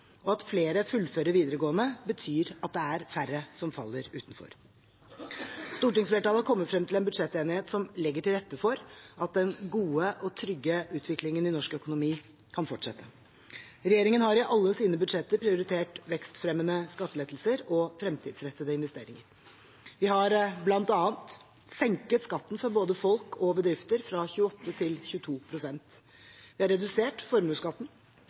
Og at flere fullfører videregående, betyr at det er færre som faller utenfor. Stortingsflertallet har kommet frem til en budsjettenighet som legger til rette for at den gode og trygge utviklingen i norsk økonomi kan fortsette. Regjeringen har i alle sine budsjetter prioritert vekstfremmende skattelettelser og fremtidsrettede investeringer. Vi har bl.a: senket skatten for både folk og bedrifter fra 28 til 22 pst. redusert formuesskatten